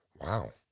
Wow